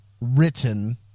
written